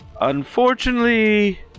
Unfortunately